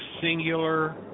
singular